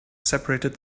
separated